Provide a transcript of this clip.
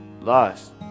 Lost